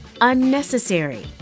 unnecessary